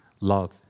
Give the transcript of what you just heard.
love